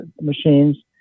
machines